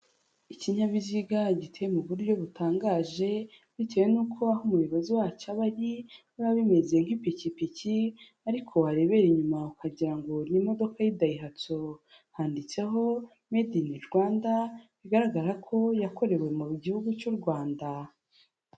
Ikinyabiziga giteye mu buryo butangaje bitewe n'uko aho umuyobozi wacyo aba wa bimeze nk'pikipiki, ariko warebera inyuma ukagirango ngo n niimodoka y'idahatso, handitseho made in rwanda bigaragara ko yakorewe mu gihugu cy'u rwanda.